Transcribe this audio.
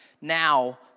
Now